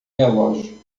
relógio